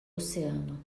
oceano